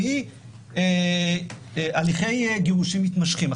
והיא הליכי גירושין מתמשכים.